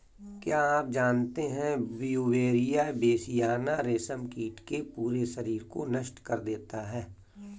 क्या आप जानते है ब्यूवेरिया बेसियाना, रेशम कीट के पूरे शरीर को नष्ट कर देता है